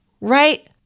Right